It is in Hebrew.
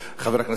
חבר הכנסת אורלב.